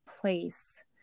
place